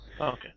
Okay